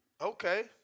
Okay